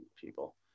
people